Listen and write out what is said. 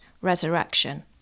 resurrection